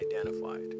identified